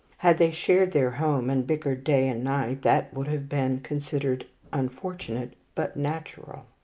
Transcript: had they shared their home, and bickered day and night, that would have been considered unfortunate but natural.